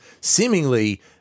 seemingly